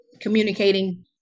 communicating